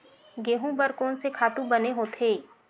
गेहूं बर कोन से खातु बने होथे?